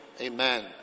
Amen